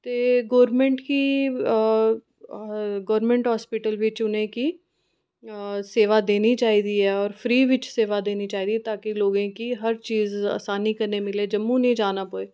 ते गोरमैंट गी government hospital बी च उ'नेंगी सेवा देनी चाहिदी ऐ होर फ्री बिच्च सेवा देनी चाहिदी ताकि लोगें गी हर चीज असानी कन्नै मिले जम्मू नीं जाना पोऐ